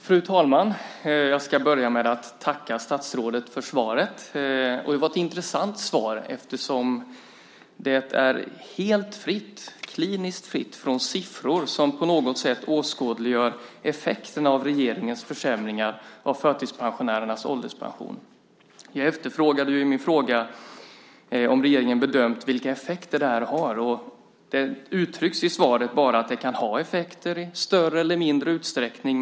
Fru talman! Jag ska börja med att tacka statsrådet för svaret. Det var ett intressant svar eftersom det är helt fritt, kliniskt fritt, från siffror som på något sätt åskådliggör effekterna av regeringens försämringar av förtidspensionärernas ålderspension. Jag efterfrågade i interpellationen om regeringen hade bedömt vilka effekter detta får. Det uttrycks i svaret bara att det kan ha effekter i större eller mindre utsträckning.